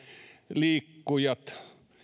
liikkujat